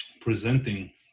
presenting